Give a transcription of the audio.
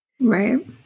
Right